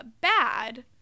bad